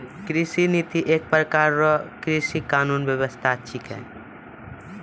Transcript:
कृषि नीति एक प्रकार रो कृषि कानून व्यबस्था छिकै